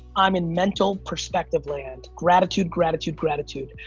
i'm in mental perspective land. gratitude, gratitude, gratitude.